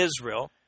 Israel